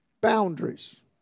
boundaries